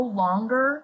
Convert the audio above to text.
longer